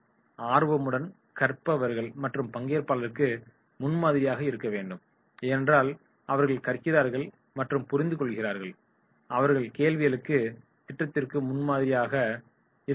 ஆர்வமுடன் கற்பவர்கள் மற்ற பங்கேற்பாளர்களுக்கு முன்மாதிரியாக இருக்க முடியும் ஏனென்றால் அவர்கள் கற்கிறார்கள் மற்றும் புரிந்துகொள்கிறார்கள் அவர்கள் கேள்விகளுக்கு பதிலளிக்கிறார்கள் மற்றும் கேள்விகளை எழுப்புகிறார்கள் எனவே அவர்கள் இந்த பயிற்சி திட்டத்திற்கு முன்மாதிரியாக இருப்பார்கள்